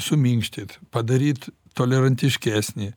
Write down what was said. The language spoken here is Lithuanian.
suminkštyt padaryt tolerantiškesnį